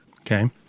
Okay